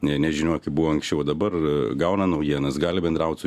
nė nežinioj tai buvo anksčiau o dabar gauna naujienas gali bendraut su